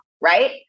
Right